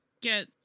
get